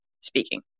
speaking